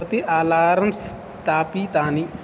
कति आलारम्स् स्थापितानि